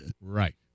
right